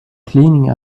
cleaning